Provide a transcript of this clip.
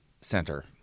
center